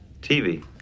TV